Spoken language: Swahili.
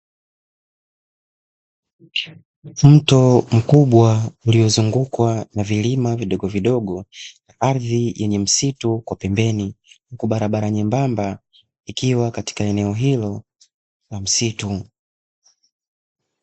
Mto mkubwa uliozungukwa na vilima vidogovidogo, ardhi yenye msitu kwa pembeni, huku barabara nyembamba ikiwa katika eneo hilo la msitu.